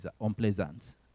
unpleasant